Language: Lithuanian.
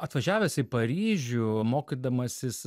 atvažiavęs į paryžių mokydamasis